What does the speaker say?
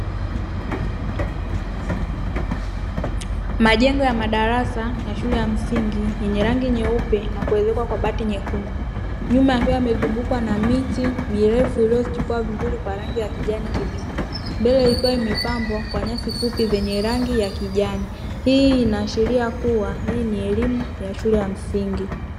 Majengo ya madarasa ya shule ya msingi yenye rangi nyeupe na kuezekwa kwa bati nyekundu, nyuma yakiwa yamezungukwa na miti mirefu iliyochipua vizuri kwa rangi ya kijani kibichi mbele ikiwa imepambwa kwa nyasi fupi zenye rangi ya kijani. Hii inaashiria kuwa hii ni elimu ya shule ya msingi.